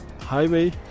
highway